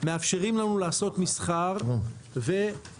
מאפשרים לנו לעשות מסחר ושירותים.